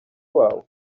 wawe